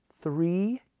three